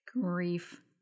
Grief